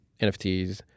NFTs